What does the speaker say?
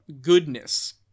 goodness